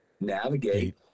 navigate